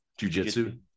jujitsu